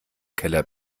keller